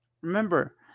Remember